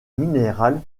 minéral